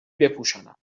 بپوشانم